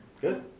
good